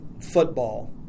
football